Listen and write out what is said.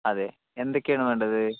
അതെ എന്തൊക്കെയാണ് വേണ്ടത്